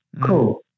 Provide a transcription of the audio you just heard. cool